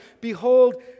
Behold